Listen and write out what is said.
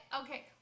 okay